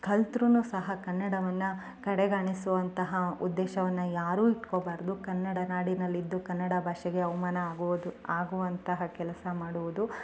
ಕಲಿತ್ರೂ ಸಹ ಕನ್ನಡವನ್ನು ಕಡೆಗಣಿಸುವಂತಹ ಉದ್ದೇಶವನ್ನು ಯಾರು ಇಟ್ಕೋಬಾರದು ಕನ್ನಡ ನಾಡಿನಲ್ಲಿದ್ದು ಕನ್ನಡ ಭಾಷೆಗೆ ಅವಮಾನ ಆಗುವುದು ಆಗುವಂತಹ ಕೆಲಸ ಮಾಡುವುದು